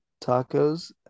tacos